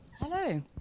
Hello